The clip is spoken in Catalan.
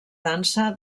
dansa